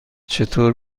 چطور